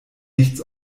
nichts